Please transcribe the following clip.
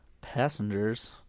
Passengers